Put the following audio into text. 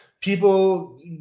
people